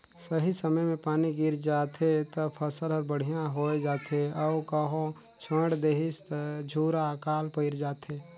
सही समय मे पानी गिर जाथे त फसल हर बड़िहा होये जाथे अउ कहो छोएड़ देहिस त झूरा आकाल पइर जाथे